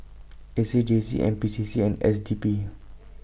A C J C N P C C and S D P